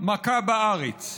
מכה בארץ.